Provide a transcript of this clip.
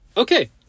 Okay